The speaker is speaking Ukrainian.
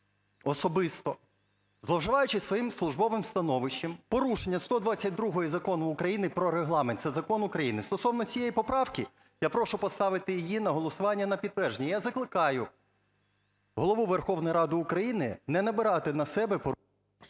особисто, зловживаючи своїм службовим становищем, в порушення 122 Закону України "Про Регламент", це закон України. Стосовно цієї поправки. Я прошу поставити її на голосування на підтвердження. Я закликаю Голову Верховної Ради України не набирати на себе…